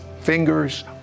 fingers